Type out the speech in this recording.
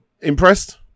impressed